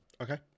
Okay